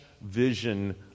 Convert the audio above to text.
vision